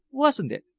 wasn't it?